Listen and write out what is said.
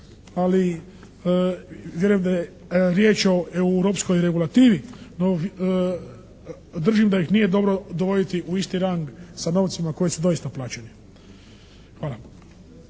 ali vjerujem da je riječ o europskoj regulativi no držim da ih nije dobro dovoditi u isti rang sa novcima koji su doista plaćeni. Hvala.